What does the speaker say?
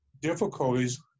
difficulties